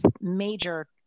major